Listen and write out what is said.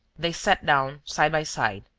they sat down side by side.